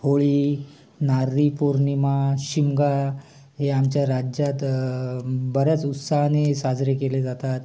होळी नारळी पौर्णिमा शिमगा हे आमच्या राज्यात बऱ्याच उत्साहाने साजरे केले जातात